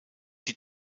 die